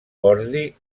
ordi